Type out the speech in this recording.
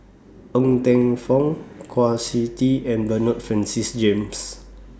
Ng Teng Fong Kwa Siew Tee and Bernard Francis James